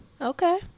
Okay